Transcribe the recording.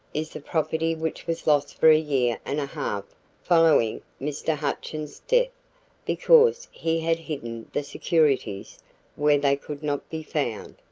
is the property which was lost for a year and a half following mr. hutchins' death because he had hidden the securities where they could not be found.